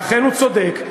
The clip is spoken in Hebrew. ואכן, הוא צודק,